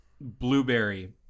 blueberry